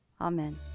Amen